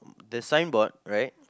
the signboard right